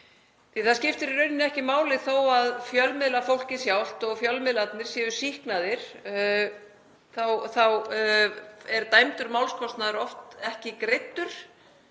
Það skiptir í rauninni ekki máli þó að fjölmiðlafólkið sjálft og fjölmiðlarnir séu sýknaðir, dæmdur málskostnaður er þá oft ekki greiddur